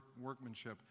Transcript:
workmanship